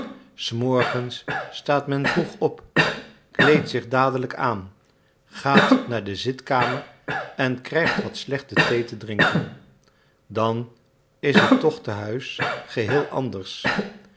s morgens staat men vroeg op kleedt zich dadelijk aan gaat naar de zitkamer en krijgt wat slechte thee te drinken dan is het toch te huis geheel anders